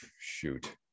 shoot